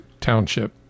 township